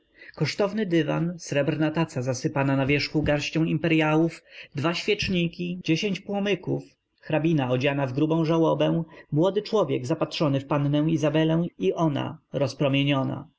kosztowny dywan srebrna taca zasypana na wierzchu garścią imperyałów dwa świeczniki dziesięć płomyków hrabina odziana w grubą żałobę młody człowiek zapatrzony w pannę izabelę i ona rozpromieniona nawet